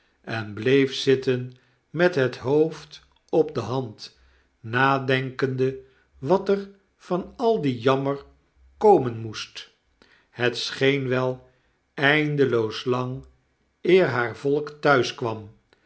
en bleef zitten met het hoofd op de hand nadenkende wat er van al dien jammer komen moest het scheen wel eindeloos lang eer haar volk